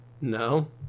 No